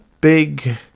big